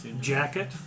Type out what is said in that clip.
Jacket